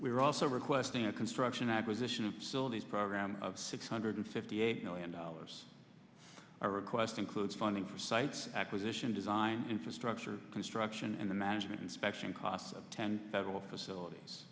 are also requesting a construction acquisition of solti's program of six hundred fifty eight million dollars our request includes funding for sites acquisition design infrastructure construction and the management inspection costs of ten federal facilities